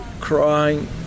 crying